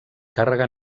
càrrega